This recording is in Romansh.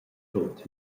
tut